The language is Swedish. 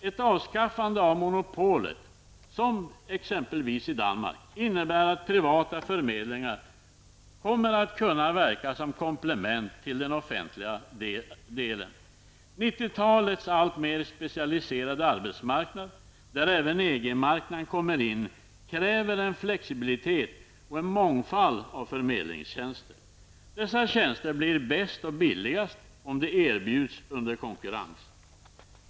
Ett avskaffande av monopolet, som t.ex. i Danmark, innebär att privata förmedlingar kommer att kunna verka som komplement till den offentliga delen. 90-talets alltmer specialiserade arbetsmarknad, där även EG-marknaden kommer in, kräver en flexibilitet och en mångfald av förmedlingstjänster. Dessa tjänster blir bäst och billigast om de erbjuds under konkurrens.